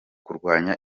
kurwanya